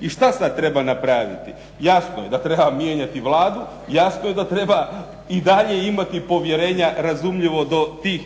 I šta sad treba napraviti? Jasno je da treba mijenjati Vladu, jasno je da treba i dalje imati povjerenja razumljivo do tih